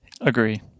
Agree